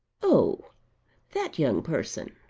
oh that young person.